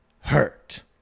Hurt